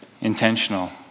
intentional